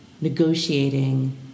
negotiating